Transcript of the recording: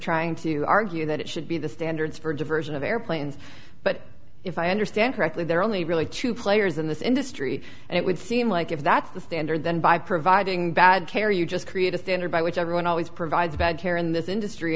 trying to argue that it should be the standards for diversion of airplanes but if i understand correctly there are only really two players in this industry and it would seem like if that's the standard then by providing bad care you just create a standard by which everyone always provides bad care in this industry